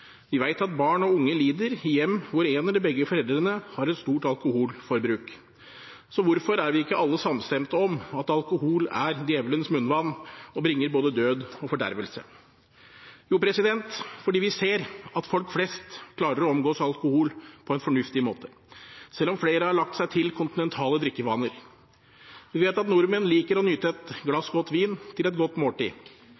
Vi vet at barn og unge lider i hjem hvor en eller begge foreldre har et stort alkoholforbruk. Så hvorfor er vi ikke alle samstemte om at alkohol er djevelens munnvann og bringer både død og fordervelse? Jo, fordi vi ser at folk flest klarer å omgås alkohol på en fornuftig måte, selv om flere har lagt seg til kontinentale drikkevaner. Vi vet at nordmenn liker å nyte et